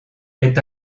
est